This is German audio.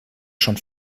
schon